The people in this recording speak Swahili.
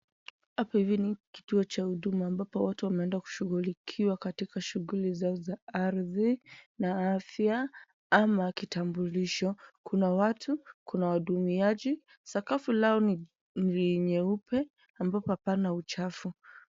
Hapa hivi ni kituo cha huduma ambapo watu wameenda kushughulikiwa katika shughuli zao za ardhi na afya ama kitambulisho. Kuna watu, kuna wahudumiaji Sakafu lao ni nyeupe ambapo hapana uchafu.